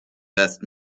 best